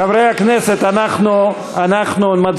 חברי הכנסת, אנחנו מצביעים.